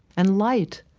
and light.